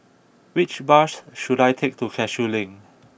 which bus should I take to Cashew Link